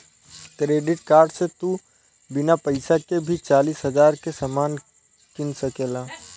credit card से तू बिना पइसा के भी चालीस हज़ार के सामान किन सकेल